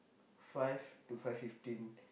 five to five fifteen